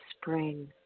spring